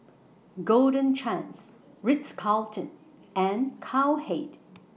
Golden Chance Ritz Carlton and Cowhead